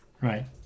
Right